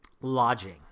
lodging